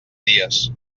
dies